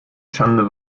schande